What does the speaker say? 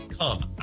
Come